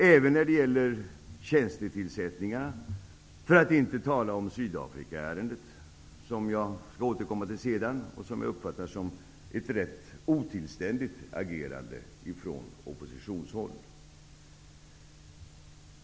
Även när det gäller tjänstetillsättningarna, för att inte tala om Sydafrikaärendet, som jag skall återkomma till senare, uppfattar jag oppositionens agerande som rätt otillständigt.